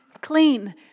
clean